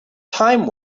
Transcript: time